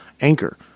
Anchor